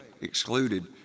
excluded